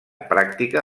pràctica